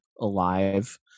alive